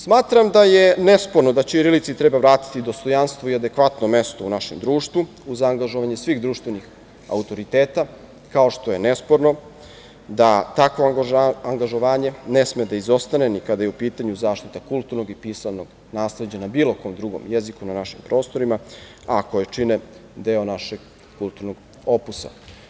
Smatram da je nesporno da ćirilici treba vratiti dostojanstvo i adekvatno mesto u našem društvu, uz angažovanje svih društvenih autoriteta, kao što je nesporno da takvo angažovanje ne sme da izostane ni kada je u pitanju zaštita kulturnog i pisanog nasleđa na bilo kom drugom jeziku na našim prostorima, a koje čine deo našeg kulturnog opusa.